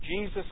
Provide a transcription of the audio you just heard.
Jesus